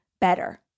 better